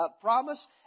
promise